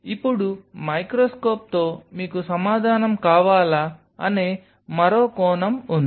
ఇప్పుడు మైక్రోస్కోప్తో మీకు సమాధానం కావాలా అనే మరో కోణం ఉంది